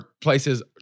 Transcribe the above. places